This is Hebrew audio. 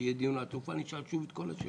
כשיהיה דיון על תעופה, נשאל שוב את כל השאלות